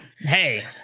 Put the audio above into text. Hey